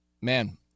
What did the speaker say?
man—